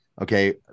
okay